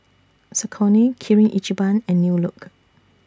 Saucony Kirin Ichiban and New Look